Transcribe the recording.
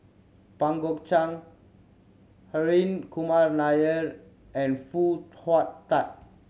Pang Guek Cheng Hri Kumar Nair and Foo Hong Tatt